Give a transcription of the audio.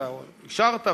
ואתה אישרת,